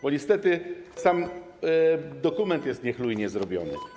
Bo niestety sam dokument jest niechlujnie zrobiony.